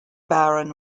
baron